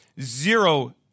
zero